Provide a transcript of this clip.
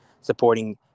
supporting